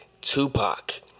Tupac